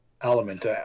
element